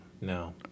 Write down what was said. no